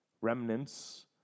remnants